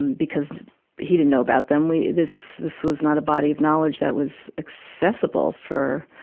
and because he didn't know about them. we, this, this was not a body of knowledge that was accessible for,